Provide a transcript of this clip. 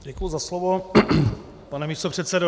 Děkuji za slovo, pane místopředsedo.